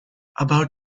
about